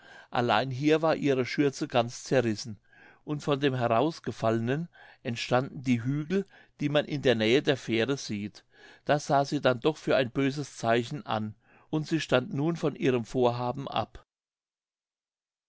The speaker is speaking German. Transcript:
allein hier war ihre schürze ganz zerrissen und von dem herausgefallenen entstanden die hügel die man in der nähe der fähre sieht das sah sie denn doch für ein böses zeichen an und sie stand nun von ihrem vorhaben ab